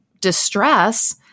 distress